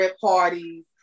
parties